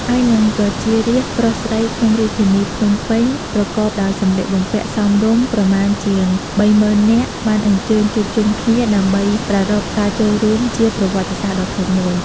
ហើយនឹង ប្រជារាស្ត្រប្រុសស្រីក្នុងរាជធានីភ្នំពេញប្រកបដោយសម្លៀកបំពាក់សមរម្យ ប្រមាណជាង ៣០,០០០ នាក់ បានអញ្ជើញជួបជុំគ្នា ដើម្បីប្រារព្វការចូលរួមជាប្រវត្តិសាស្ត្រដ៏ធំមួយ។